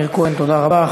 תודה רבה.